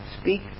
speak